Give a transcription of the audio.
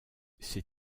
ces